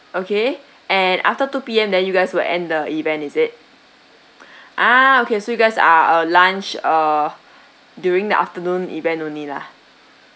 okay and after two P_M then you guys will end the event is it ah okay so you guys are a lunch uh during the afternoon event only lah